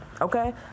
okay